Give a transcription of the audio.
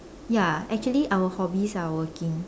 ya actually our hobbies are working